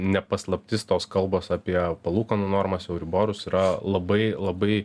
ne paslaptis tos kalbos apie palūkanų normas euriborus yra labai labai